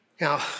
Now